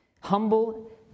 humble